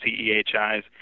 CEHIs